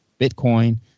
Bitcoin